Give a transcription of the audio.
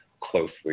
closely